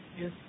Yes